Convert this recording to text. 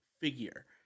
figure